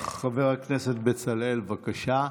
חבר הכנסת בצלאל, בבקשה.